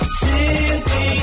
simply